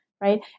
right